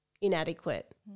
inadequate